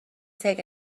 take